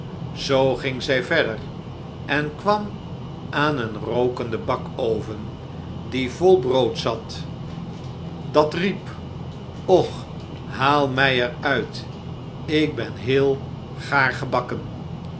zoo ging zij verder en kwam aan een rookenden bakoven die vol brood zat dat riep och haal mij er uit ik ben heel gaar gebakken